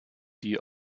die